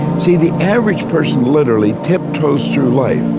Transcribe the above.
see, the average person, literally tip-toes through life,